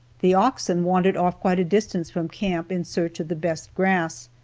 the oxen wandered off quite a distance from camp in search of the best grass,